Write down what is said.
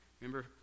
Remember